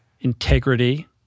integrity